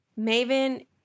maven